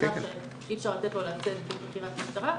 אדם שאי אפשר לתת לו לצאת לפני חקירת משטרה,